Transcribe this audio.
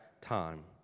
time